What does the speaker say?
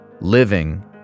living